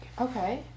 Okay